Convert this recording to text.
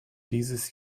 dieses